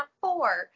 four